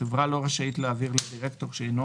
החברה לא רשאית להעביר לדירקטור שאינו